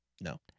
No